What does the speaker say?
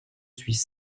suis